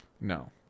No